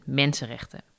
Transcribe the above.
mensenrechten